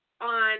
on